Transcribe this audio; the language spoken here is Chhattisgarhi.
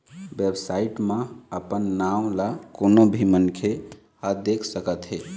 बेबसाइट म अपन नांव ल कोनो भी मनखे ह देख सकत हे